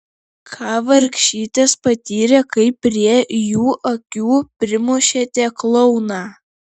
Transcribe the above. ką vargšytės patyrė kai prie jų akių primušėte klouną